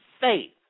faith